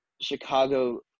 Chicago –